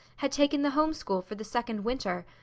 had taken the home school for the second winter.